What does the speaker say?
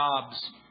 Jobs